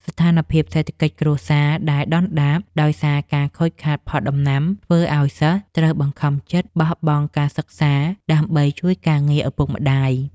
ស្ថានភាពសេដ្ឋកិច្ចគ្រួសារដែលដុនដាបដោយសារការខូចខាតផលដំណាំ ធ្វើឱ្យសិស្សត្រូវបង្ខំចិត្តបោះបង់ការសិក្សាដើម្បីជួយការងារឪពុកម្តាយ។